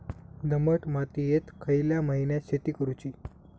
दमट मातयेत खयल्या महिन्यात शेती करुची?